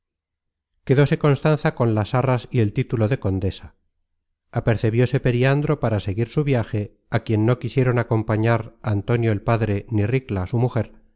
pueblo quedóse constanza con las arras y el título de condesa apercebióse periandro para seguir su viaje á quien no quisieron acompañar antonio el padre ni ricla su mujer